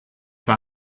war